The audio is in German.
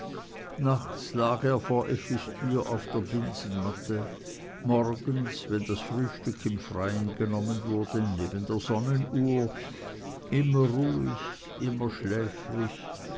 effis tür auf der binsenmatte morgens wenn das frühstück im freien genommen wurde neben der sonnenuhr immer ruhig immer schläfrig